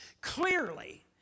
clearly